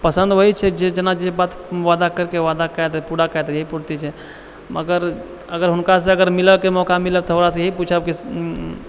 पसन्द होइ छै जेना जे बात वादा करिके वादा पूरा कऽ देबै यही पूर्ति छै मगर हुनकासँ मिलैके मौका अगर मिलत तऽ हमरासँ इएह पुछब कि